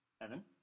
Evan